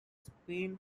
spain